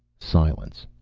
silence.